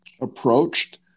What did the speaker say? approached